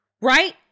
right